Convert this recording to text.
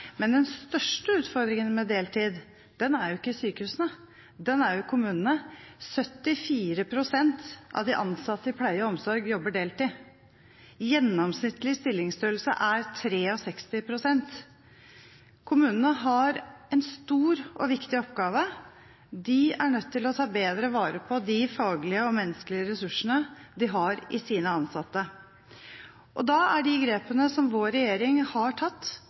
Men den største utfordringen med deltid er jo ikke i sykehusene, den er i kommunene. 74 pst. av de ansatte i pleie og omsorg jobber deltid. Gjennomsnittlig stillingsstørrelse er 63 pst. Kommunene har en stor og viktig oppgave. De er nødt til å ta bedre vare på de faglige og menneskelige ressursene de har i sine ansatte. Da er de grepene som vår regjering har tatt,